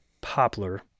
poplar